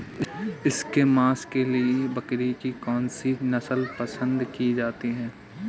इसके मांस के लिए बकरी की कौन सी नस्ल पसंद की जाती है?